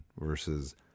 versus